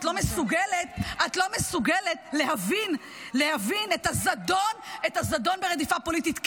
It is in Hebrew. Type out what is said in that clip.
את לא מסוגלת להבין את הזדון ברדיפה פוליטית.